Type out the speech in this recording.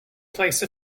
place